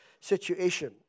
situation